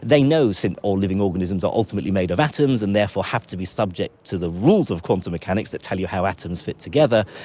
they know so and all living organisms are ultimately made of atoms and therefore have to be subject to the rules of quantum mechanics that tell you how atoms fit together,